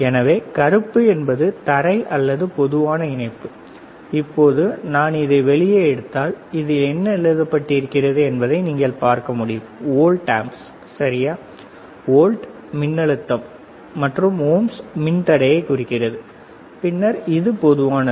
எனவே கறுப்பு என்பது தரை அல்லது பொதுவான இணைப்பு இப்பொழுது நான் இதை வெளியே எடுத்தால் இதில் என்ன எழுதப்பட்டிருக்கிறது என்பதை நீங்கள் பார்க்க முடியும் வோல்ட் ஓம்ஸ் சரியா வோல்ட் மின்னழுத்தம் மற்றும் ஓம்ஸ் மின் தடையை குறிக்கிறது பின்னர் இது பொதுவானது